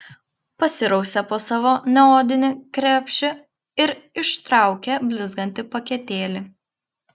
pasirausė po savo neodinį krepšį ir ištraukė blizgantį paketėlį